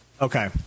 Okay